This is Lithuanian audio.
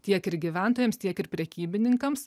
tiek ir gyventojams tiek ir prekybininkams